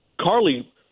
Carly